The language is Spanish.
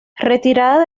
retirada